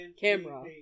camera